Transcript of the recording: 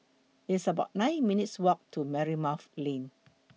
It's about nine minutes' Walk to Marymount Lane